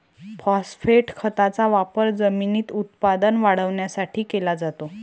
phosphate खताचा वापर जमिनीत उत्पादन वाढवण्यासाठी केला जातो